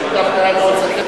סבא שלי דווקא היה מאוד זקן,